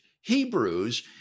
Hebrews